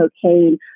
cocaine